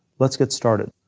let's get started.